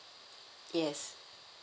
yes